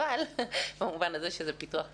אבל במובן הזה שזה פיתוח מקצועי.